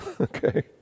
Okay